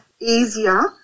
easier